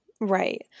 Right